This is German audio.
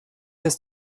ist